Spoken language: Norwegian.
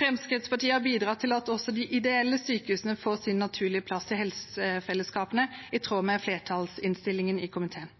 Fremskrittspartiet har bidratt til at også de ideelle sykehusene får sin naturlige plass i helsefellesskapene, i tråd med flertallsinnstillingen i komiteen.